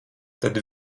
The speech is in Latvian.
tad